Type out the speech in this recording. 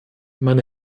meine